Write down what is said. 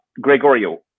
Gregorio